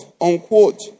unquote